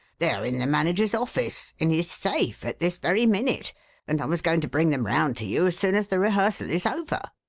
they are in the manager's office in his safe at this very minute and i was going to bring them round to you as soon as the rehearsal is over!